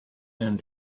and